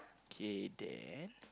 kidding